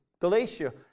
Galatia